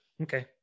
Okay